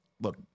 look